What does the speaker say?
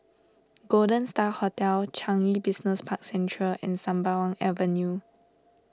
Golden Star Hotel Changi Business Park Central and Sembawang Avenue